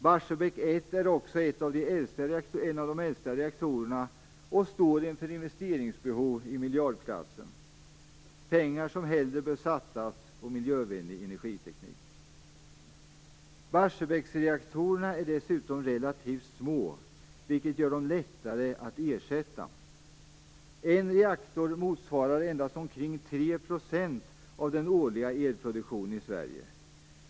Barsebäck 1 är också en av de äldsta reaktorerna och står inför investeringsbehov i miljardklassen. Det är pengar som hellre bör satsat på miljövänlig energiteknik. Barsebäckreaktorerna är dessutom relativt små, vilket gör dem lättare att ersätta. En reaktor motsvarar endast omkring 3 % av den årliga elproduktionen i Sverige.